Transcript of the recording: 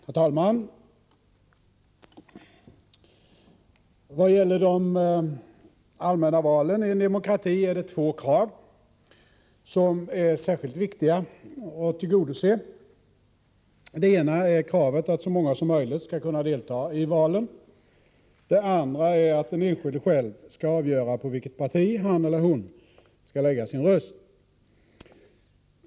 Herr talman! Vad gäller de allmänna valen i en demokrati är det två krav som är särskilt viktiga att tillgodose. Det ena är kravet att så många som möjligt skall kunna delta i valen. Det andra är att den enskilde själv skall avgöra på vilket parti han eller hon skall lägga sin röst.